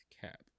cap